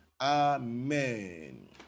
Amen